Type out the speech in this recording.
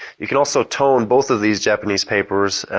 you can also tone both of these japanese papers